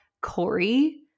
Corey